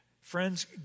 Friends